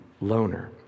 loner